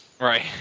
Right